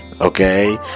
Okay